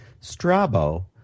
Strabo